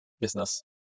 business